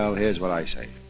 so here's what i say,